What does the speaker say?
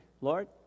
Lord